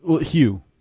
Hugh